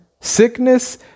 Sickness